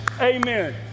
amen